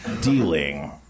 Dealing